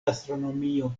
astronomio